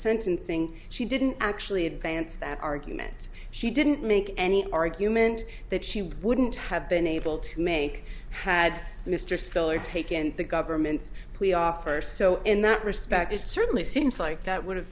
sentencing she didn't actually advance that argument she didn't make any argument that she wouldn't have been able to make had mr stiller taken the government's first so in that respect it certainly seems like that would have